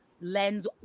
lens